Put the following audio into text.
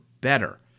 better